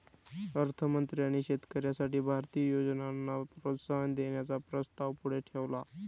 अर्थ मंत्र्यांनी शेतकऱ्यांसाठी भारतीय योजनांना प्रोत्साहन देण्याचा प्रस्ताव पुढे ठेवला